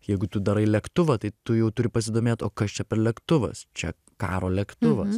jeigu tu darai lėktuvą tai tu jau turi pasidomėt o kas čia per lėktuvas čia karo lėktuvas